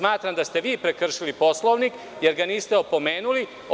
Smatram da ste vi prekršili Poslovnik jer ga niste opomenuli.